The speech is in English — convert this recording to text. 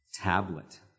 tablet